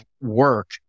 work